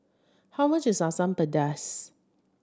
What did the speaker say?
how much is Asam Pedas